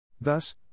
Thus